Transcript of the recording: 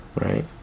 right